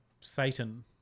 Satan